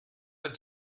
ein